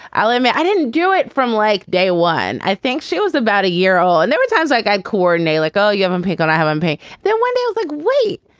i'll admit i didn't do it from like day one. i think she was about a year old and there were times like i core mnay like all you have and pick on i haven't then one day i was like, wait,